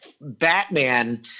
Batman